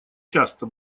часто